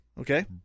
Okay